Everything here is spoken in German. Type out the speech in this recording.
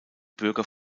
bürger